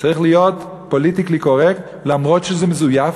צריך להיות פוליטיקלי קורקט, למרות שזה מזויף,